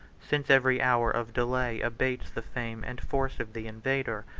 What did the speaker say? since every hour of delay abates the fame and force of the invader,